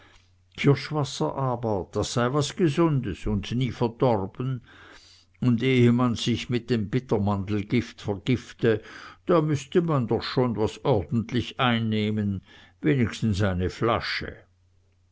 kirschwasser aber das sei was gesundes und nie verdorben und ehe man sich mit dem bittermandelgift vergifte da müßte man doch schon was ordentliches einnehmen wenigstens eine flasche